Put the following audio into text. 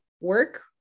work